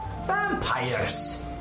Vampires